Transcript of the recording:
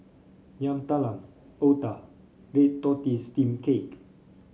Yam Talam otah Red Tortoise Steamed Cake